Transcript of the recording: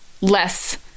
less